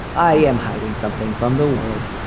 i am hiding something from the world